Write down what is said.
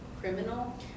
criminal